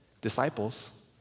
disciples